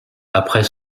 après